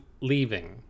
leaving